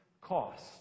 cost